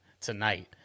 tonight